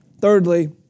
Thirdly